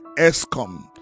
ESCOM